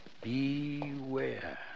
Beware